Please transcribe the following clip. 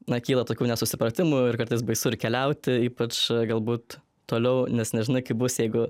na kyla tokių nesusipratimų ir kartais baisu ir keliauti ypač galbūt toliau nes nežinai kaip bus jeigu